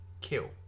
Kill